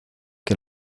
que